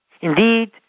Indeed